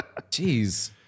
Jeez